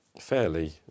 fairly